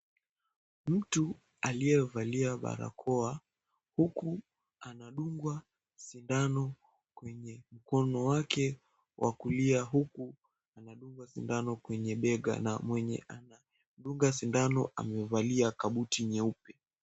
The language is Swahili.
Mtu aliyevalia barakoa, huku anadungwa sindano kwenye mkono wake wa kulia, huku anadungwa sindano kwenye bega na mwenye anamdunga sindano amevalia kabuti nyeupe.